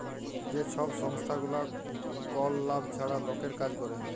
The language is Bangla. যে ছব সংস্থাগুলা কল লাভ ছাড়া লকের কাজ ক্যরে